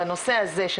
בנושא הזה,